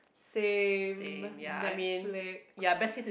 same Netflix